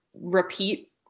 repeat